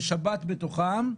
כששבת בתוכן,